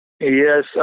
Yes